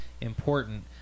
important